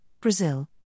Brazil